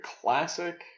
Classic